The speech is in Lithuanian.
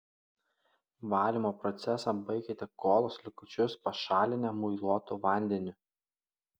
valymo procesą baikite kolos likučius pašalinę muiluotu vandeniu